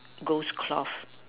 ghost cloth